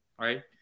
right